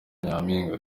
nyampinga